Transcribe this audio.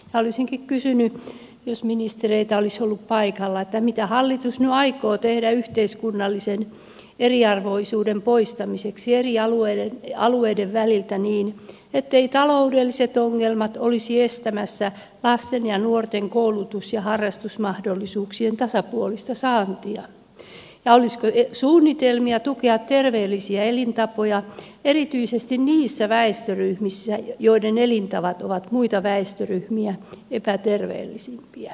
olisinkin kysynyt jos ministereitä olisi ollut paikalla mitä hallitus nyt aikoo tehdä yhteiskunnallisen eriarvoisuuden poistamiseksi eri alueiden väliltä niin etteivät taloudelliset ongelmat olisi estämässä lasten ja nuorten koulutus ja harrastusmahdollisuuksien tasapuolista saantia ja olisiko suunnitelmia tukea terveellisiä elintapoja erityisesti niissä väestöryhmissä joiden elintavat ovat muita väestöryhmiä epäterveellisempiä